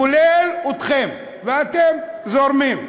כולל אתכם, ואתם זורמים.